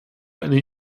eine